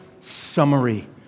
summary